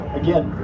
again